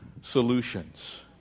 solutions